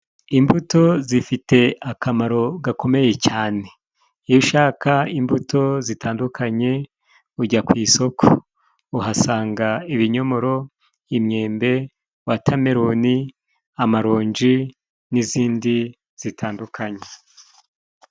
Imbuto zifite akamaro gakomeye cane, iyo ushaka imbuto zitandukanye, ujya ku isoko uhasanga ibinyomoro, imyembe wotameruni, amaronji n'izindi zitandukanye.